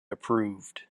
approved